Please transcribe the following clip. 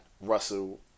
Russell